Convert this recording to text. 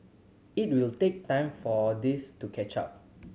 it will take time for this to catch up